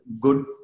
good